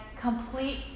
complete